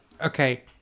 okay